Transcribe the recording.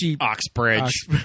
Oxbridge